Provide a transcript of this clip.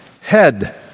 head